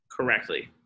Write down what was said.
correctly